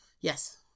yes